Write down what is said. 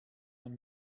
man